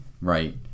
Right